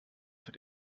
für